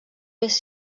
més